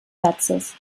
satzes